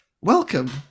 welcome